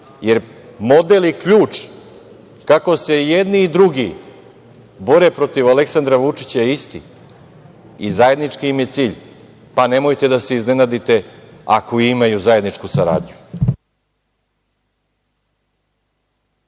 Jer, model i ključ kako se jedni i drugi bore protiv Aleksandra Vučića je isti i zajednički im je cilj, pa nemojte da se iznenadite ako imaju zajedničku saradnju.